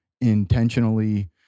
intentionally